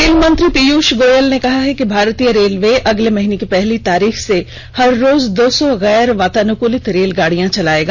रेलमंत्री पीयूष गोयल ने कहा है कि भारतीय रेलवे अगले महीने की पहली तारीख से हर रोज दो सौ गैर वातानुकुलित रेलगाड़ियां चलाएगा